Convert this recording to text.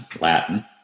Latin